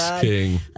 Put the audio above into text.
King